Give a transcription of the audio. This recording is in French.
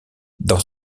dans